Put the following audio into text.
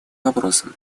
вопросам